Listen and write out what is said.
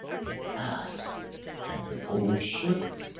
ass and the old shepherd